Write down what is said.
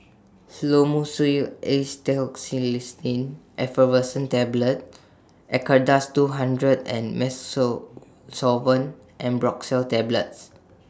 Fluimucil Acetylcysteine Effervescent Tablets Acardust two hundred and Musosolvan Ambroxol Tablets